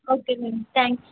ఓకేనండి thank you